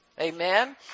Amen